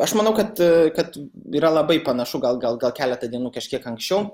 aš manau kad kad yra labai panašu gal gal gal keletą dienų kažkiek anksčiau